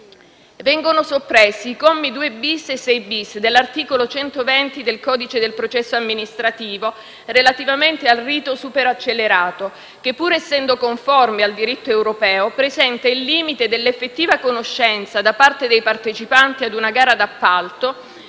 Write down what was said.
Vengono soppressi i commi 2-*bis* e 6-*bis* dell'articolo 120 del codice del processo amministrativo relativamente al rito superaccelerato che, pur essendo conforme al diritto europeo, presenta il limite dell'effettiva conoscenza da parte dei partecipanti a una gara d'appalto